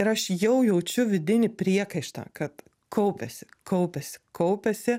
ir aš jau jaučiu vidinį priekaištą kad kaupiasi kaupiasi kaupiasi